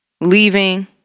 leaving